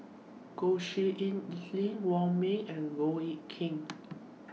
Goh Tshin En Sylvia Wong Ming and Goh Eck Kheng